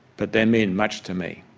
but they mean much to me.